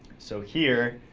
so here,